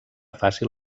fàcil